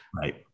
Right